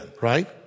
right